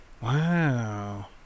Wow